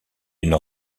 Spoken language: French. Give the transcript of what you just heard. une